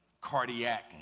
cardiac